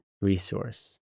resource